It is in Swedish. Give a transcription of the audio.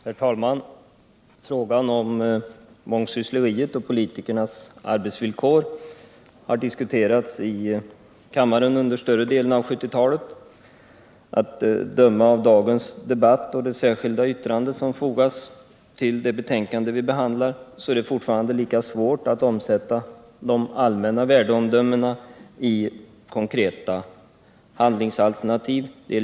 Herr talman! Frågan om mångsyssleriet och politikernas arbetsvillkor har diskuterats i kammaren under större delen av 1970-talet. Att döma av dagens debatt och det särskilda yttrande som fogats vid det betänkande som vi behandlar är det lika svårt nu som tidigare att omsätta de allmänna värdeomdömena i konkreta handlingsalternativ.